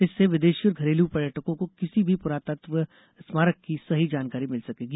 इससे विदेशी और घरेलू पर्यटकों को किसी भी पुरातत्व स्मारक की सही जानकारी मिल सकेगी